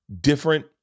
different